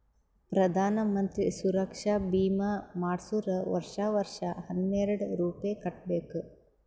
ಪ್ರಧಾನ್ ಮಂತ್ರಿ ಸುರಕ್ಷಾ ಭೀಮಾ ಮಾಡ್ಸುರ್ ವರ್ಷಾ ವರ್ಷಾ ಹನ್ನೆರೆಡ್ ರೂಪೆ ಕಟ್ಬಬೇಕ್